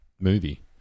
movie